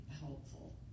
helpful